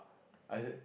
I said